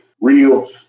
real